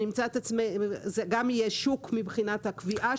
זה גם יהיה שוק מבחינת הקביעה.